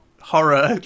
horror